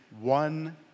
one